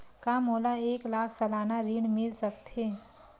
का मोला एक लाख सालाना ऋण मिल सकथे?